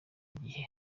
igihe